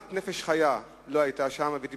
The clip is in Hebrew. לא היתה שם כמעט נפש חיה.